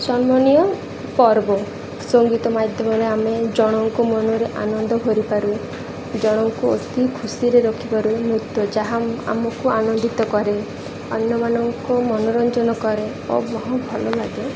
ସମ୍ମାନୀୟ ପର୍ବ ସଙ୍ଗୀତ ମାଧ୍ୟମରେ ଆମେ ଜଣଙ୍କୁ ମନରେ ଆନନ୍ଦ କରିପାରୁ ଜଣଙ୍କୁ ଅତି ଖୁସିରେ ରଖିପାରୁ ନୃତ୍ୟ ଯାହା ଆମକୁ ଆନନ୍ଦିତ କରେ ଅନ୍ୟମାନଙ୍କ ମନୋରଞ୍ଜନ କରେ ଓ ବହୁ ଭଲ ଲାଗେ